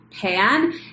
pan